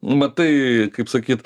matai kaip sakyt